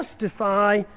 justify